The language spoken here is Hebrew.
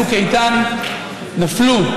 משפט